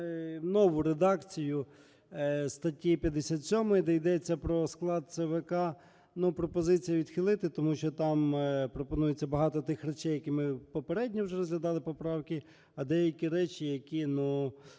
нову редакцію статті 57, де йдеться про склад ЦВК. Ну, пропозиція відхилити, тому що там пропонується багато тих речей, які ми попередньо вже розглядали поправки, а деякі речі, які, ну,